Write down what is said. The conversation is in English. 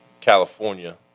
California